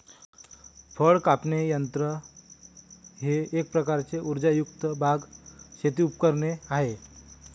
फळ कापण्याचे यंत्र हे एक प्रकारचे उर्जायुक्त बाग, शेती उपकरणे आहे